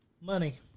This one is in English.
Money